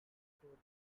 potatoes